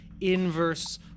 inverse